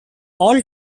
all